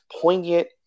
poignant